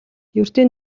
ердийн